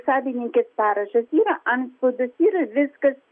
savininkės parašas yra antspaudas yra viskas